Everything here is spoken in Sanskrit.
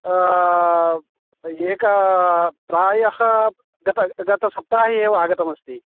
एक प्रायः गत गतसप्ताहे एव आगतमस्ति